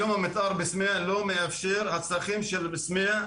היום המתאר בסמיע לא מאפשר את הצרכים של סמיע,